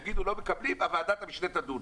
יגידו "לא מקבלים", ועדת המשנה תדון.